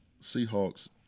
Seahawks